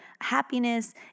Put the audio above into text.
happiness